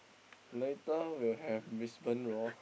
later will have Brisbane-Roar